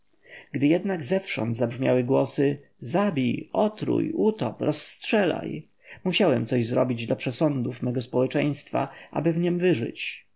gdy jednak zewsząd brzmiały głosy zabij otruj utop rozstrzelaj musiałem coś zrobić dla przesądów mego społeczeństwa aby w niem wyżyć